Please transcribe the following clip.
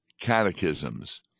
catechisms